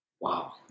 Wow